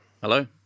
Hello